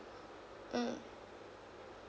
mm